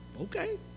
Okay